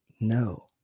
No